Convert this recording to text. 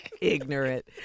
Ignorant